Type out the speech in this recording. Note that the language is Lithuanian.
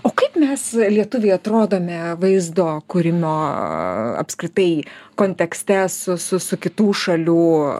o kaip mes lietuviai atrodome vaizdo kūrimo apskritai kontekste su su su kitų šalių